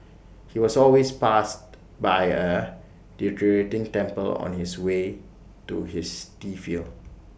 he was always passed by A deteriorating temple on his way to his tea field